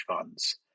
funds